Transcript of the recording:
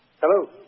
Hello